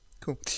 cool